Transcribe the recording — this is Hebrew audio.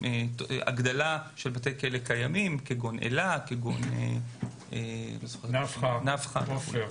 הגדלה של בתי כלא קיימים כגון אלה, נפחא, עופר,